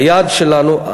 היעד שלנו,